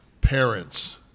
parents